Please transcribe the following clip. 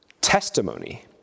testimony